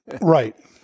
Right